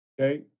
okay